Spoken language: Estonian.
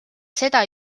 seda